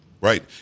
Right